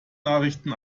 nachrichten